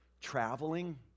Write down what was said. traveling